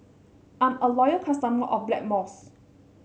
I'm a loyal customer of Blackmores